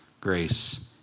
grace